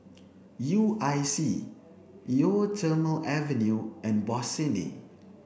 U I C Eau Thermale Avene and Bossini